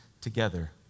together